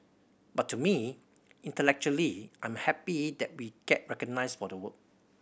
but to me intellectually I'm happy that we get recognised for the work